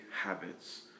habits